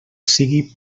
sigui